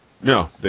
No